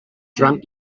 drunk